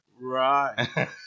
right